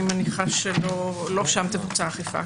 אני מניחה שלא שם תבוצע האכיפה.